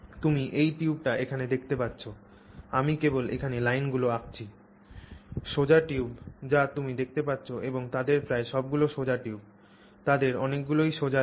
তুমি এই টিউবটি এখানে দেখতে পাচ্ছ আমি কেবল এখানে লাইনগুলি আঁকছি সোজা টিউব যা তুমি দেখতে পাচ্ছ এবং তাদের প্রায় সবগুলি সোজা টিউব তাদের অনেকগুলিই সোজা লাইন